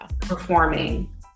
performing